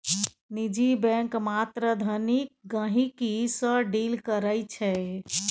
निजी बैंक मात्र धनिक गहिंकी सँ डील करै छै